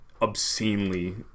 obscenely